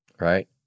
right